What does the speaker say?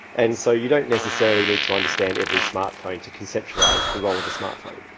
and so you don't necessarily need to understand every smartphone to conceptualise the role of a smartphone.